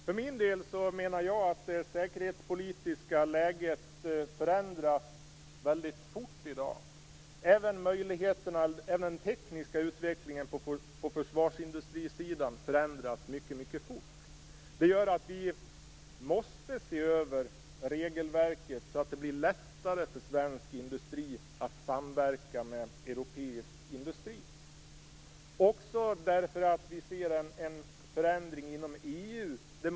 Fru talman! Det säkerhetspolitiska läget förändras väldigt fort i dag. Och den tekniska utvecklingen på försvarsindustrisidan går mycket snabbt. Det gör att vi måste se över regelverket, så att det blir lättare för svensk industri att samverka med europeisk industri. Vi ser också en förändring inom EU.